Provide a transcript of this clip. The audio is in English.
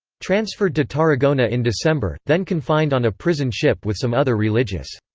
transferred to tarragona in december, then confined on a prison ship with some other religious.